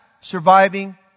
surviving